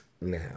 now